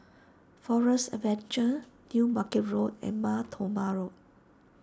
Forest Adventure New Market Road and Mar Thoma Road